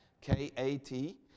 K-A-T